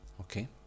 Okay